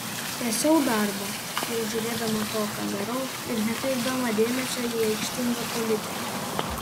tęsiau darbą tik jau žiūrėdama to ką darau ir nekreipdama dėmesio į aikštingą politiką